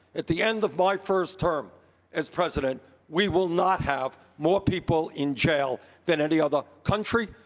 at the end of my first term as president we will not have more people in jail than any other country.